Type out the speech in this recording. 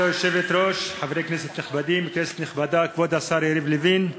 חבר הכנסת עבדאללה אבו מערוף, בבקשה, אדוני.